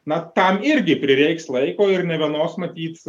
na tam irgi prireiks laiko ir nė vienos matyt